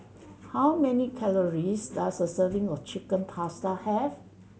how many calories does a serving of Chicken Pasta have